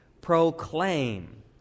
proclaim